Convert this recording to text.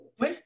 Oui